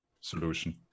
solution